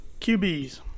QBs